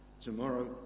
Tomorrow